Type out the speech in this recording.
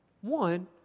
One